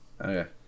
Okay